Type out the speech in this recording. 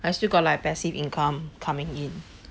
I still got like passive income coming in